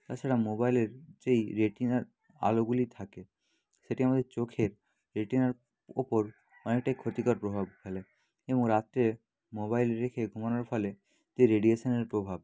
তাছাড়া মোবাইলের যেই রেটিনার আলোগুলি থাকে সেটি আমাদের চোখের রেটিনার ওপর অনেকটাই ক্ষতিকর প্রভাব ফেলে এবং রাত্তিরে মোবাইল রেখে ঘুমানোর ফলে যে রেডিয়েশানের প্রভাব